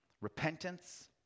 repentance